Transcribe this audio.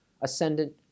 ascendant